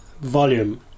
volume